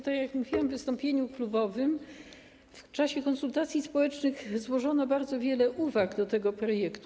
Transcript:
Tak jak mówiłam w wystąpieniu klubowym, w czasie konsultacji społecznych złożono bardzo wiele uwag do tego projektu.